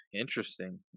Interesting